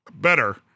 better